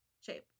shape